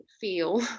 feel